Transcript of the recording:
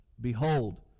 Behold